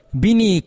bini